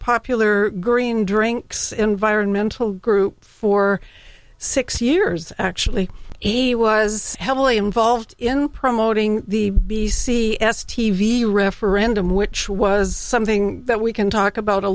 popular green drinks environmental group for six years actually he was heavily involved in promoting the b c s t v referendum which was something that we can talk about a